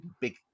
big